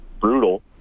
brutal